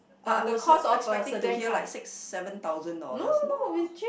I I was expecting to hear like six seven thousand dollars no